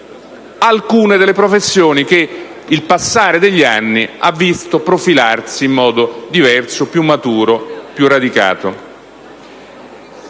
alcune delle professioni che il passare degli anni ha visto profilarsi in modo diverso, più maturo, più radicato.